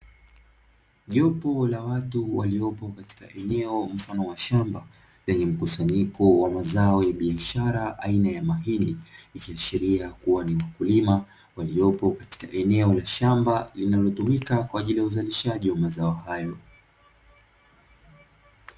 Jopo la watu waliopo katika eneo mfano wa shamba lenye mkusanyiko wa mazao ya biashara aina ya mahindi, ikiashiria kua ni wakulima waliopo katika eneo la shamba linalotumika kwa ajili ya uzalishaji wa mazao hayo.